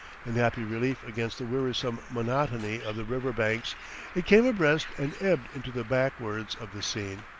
in happy relief against the wearisome monotony of the river-banks it came abreast and ebbed into the backwards of the scene.